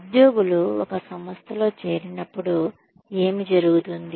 ఉద్యోగులు ఒక సంస్థలో చేరినప్పుడు ఏమి జరుగుతుంది